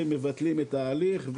והם מבטלים את ההליך,